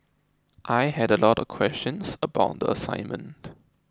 I had a lot of questions about the assignment